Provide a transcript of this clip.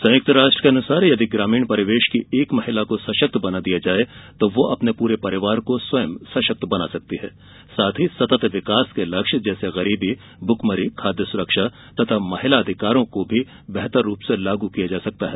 संयुक्त राष्ट्र के अनुसार यदि ग्रामीण परिवेश की एक महिला को सशक्त बना दिया जाये तो वह अपने पूरे परिवार को स्वयं सशक्त बना सकती है साथ ही सतत विकास लक्ष्य जैसे गरीबी भुखमरी खाद्य सुरक्षा तथा महिला अधिकारों को भी बेहतर रूप से लागू किया जा सकता है